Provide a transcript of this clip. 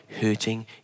hurting